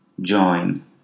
join